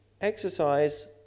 Exercise